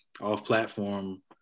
off-platform